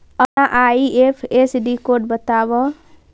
अपना IFSC code बतावअ